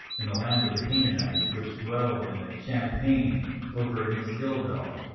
in the land of the canaanites, which dwell in the champaign over against gilgal,